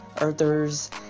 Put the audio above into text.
Earthers